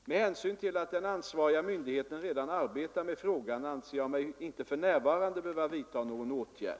Med hänsyn till att den ansvariga myndigheten redan arbetar med frågan anser jag mig inte för närvarande behöva vidta någon åtgärd.